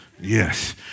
Yes